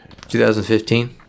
2015